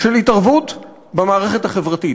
של התערבות במערכת החברתית.